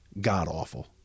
god-awful